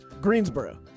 greensboro